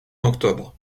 octobre